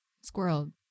Squirrel